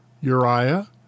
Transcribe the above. Uriah